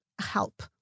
help